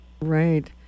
Right